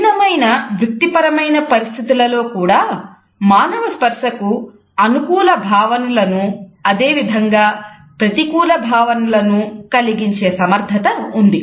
కఠినమైన వృత్తిపరమైన పరిస్థితులలో కూడా మానవ స్పర్శకు అనుకూల భావనలను అదేవిధంగా ప్రతికూల భావనలను కలిగించే సమర్థత ఉంది